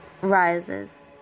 rises